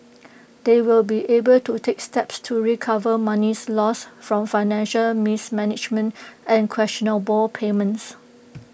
they will be able to take steps to recover monies lost from financial mismanagement and questionable payments